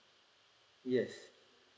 yes